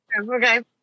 Okay